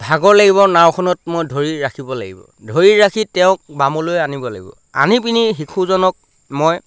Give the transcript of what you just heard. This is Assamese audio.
ভাগৰ লাগিব নাওখনত মই ধৰি ৰাখিব লাগিব ধৰি ৰাখি তেওঁক বামলৈ আনিব লাগিব আনি পিনি শিশুজনক মই